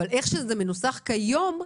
כפי שזה מנוסח כיום,